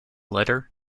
letter